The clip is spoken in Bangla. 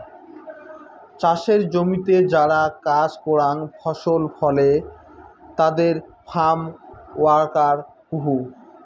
চাসের জমিতে যারা কাজ করাং ফসল ফলে তাদের ফার্ম ওয়ার্কার কুহ